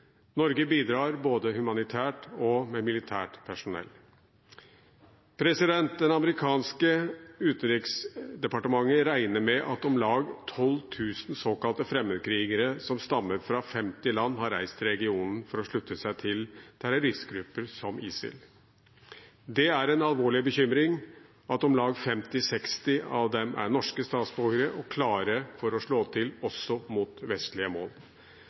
Norge bidrar både humanitært og med militært personell. Det amerikanske utenriksdepartementet regner med at om lag 12 000 såkalte fremmedkrigere, som stammer fra 50 land, har reist til regionen for å slutte seg til terroristgrupper som ISIL. Det er en alvorlig bekymring at om lag 50–60 av dem er norske statsborgere og klare for å slå til også mot vestlige mål.